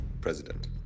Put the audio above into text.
president